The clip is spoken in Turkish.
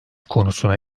konusuna